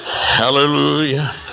Hallelujah